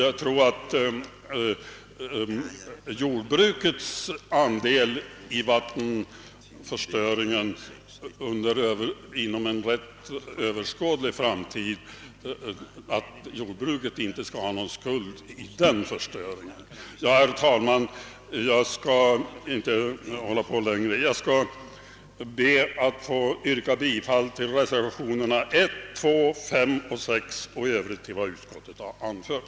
Jag tror inte att jordbruket har någon större andel i vattenförstöringen inom en överskådlig framtid. Herr talman! Jag skall inte hålla på längre. Jag skall be att få yrka bifall till reservationerna 1, 2, 5 och 6 och i övrigt till vad utskottet har anfört.